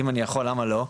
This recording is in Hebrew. אם אני יכול למה לא,